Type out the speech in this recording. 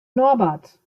norbert